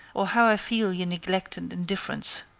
or how i feel your neglect and indifference.